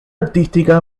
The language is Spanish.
artística